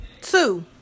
Two